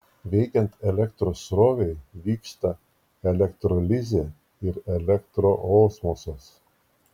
veikiant elektros srovei vyksta elektrolizė ir elektroosmosas